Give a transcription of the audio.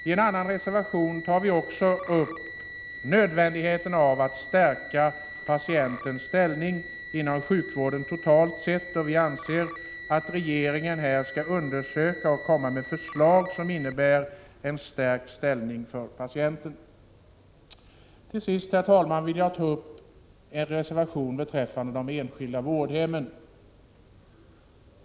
I en annan reservation tar vi upp nödvändigheten av att stärka patientens ställning inom sjukvården, totalt sett, och vi anser att regeringen skall undersöka detta område och lägga fram förslag, som kan innebära en stärkt ställning för patienten. Herr talman! Till sist vill jag ta upp en reservation beträffande de enskilda vårdhemmen.